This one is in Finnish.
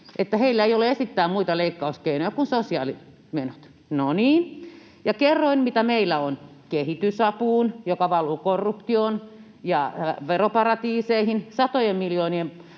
heillä ei ole esittää muita leikkauskeinoja kuin sosiaalimenot. No niin, ja kerroin, mitä meillä on: leikkauksia kehitysapuun, joka valu korruptioon ja veroparatiiseihin,